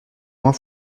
moins